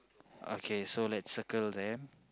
okay so let's circle them